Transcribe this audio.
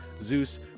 Zeus